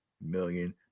million